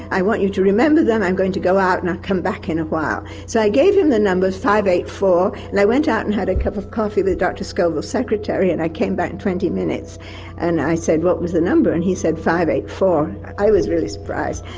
i want you to remember them, i'm going to go out and i'll come back in a while. so i gave him the numbers five. eight. four and i went out and had a cup of coffee with dr scoville's secretary and i came back in twenty minutes and i said what was the number and he said five. eight. four. i was really surprised,